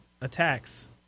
attacks